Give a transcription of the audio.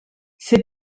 ser